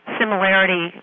similarity